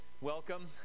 Welcome